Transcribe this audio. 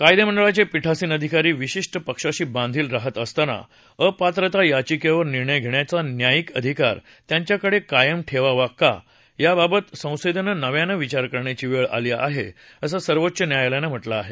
कायदेमंडळाचे पीठासन अधिकारी विशिष्ट पक्षाशी बांधील राहत असताना अपात्रता याचिकेवर निर्णय घेण्याचा न्यायीक अधिकार त्यांच्याकडे कायम ठेवावा का याबाबत संसदेन नव्यानं विचार करण्याची वेळ आली आहे असं सर्वोच्च न्यायालयानं म्हटलं आहे